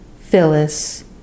Phyllis